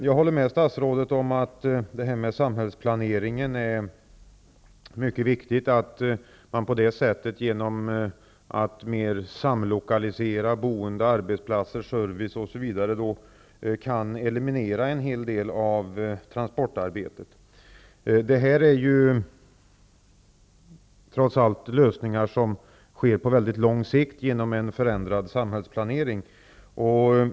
Jag håller med statsrådet om att samhällsplaneringen är mycket viktig och att man genom att samlokalisera boende, arbetsplatser, service osv. kan eliminera en hel del av transportarbetet. Men detta är trots allt lösningar på mycket lång sikt som sker genom en förändrad samhällsplanering.